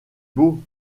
beau